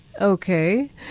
Okay